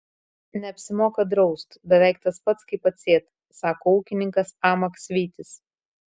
neapsimoka draust beveik tas pats kaip atsėt sako ūkininkas a maksvytis